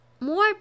more